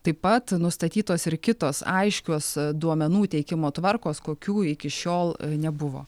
taip pat nustatytos ir kitos aiškios duomenų teikimo tvarkos kokių iki šiol nebuvo